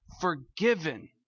forgiven